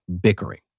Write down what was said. bickering